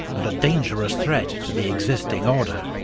and a dangerous threat to the existing order.